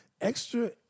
extra